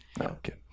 Okay